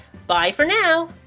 bye for now!